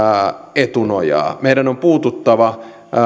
etunojaa meidän on puututtava